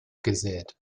gesät